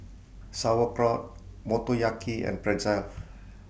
Sauerkraut Motoyaki and Pretzel